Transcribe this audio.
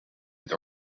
het